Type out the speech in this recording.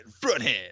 fronthand